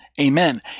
Amen